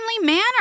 manner